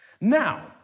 Now